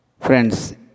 Friends